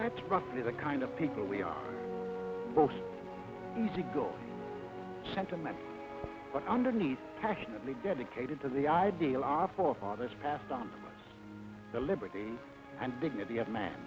the kind of people we are most easygoing sentiment but underneath passionately dedicated to the ideal our forefathers passed on the liberties and dignity of man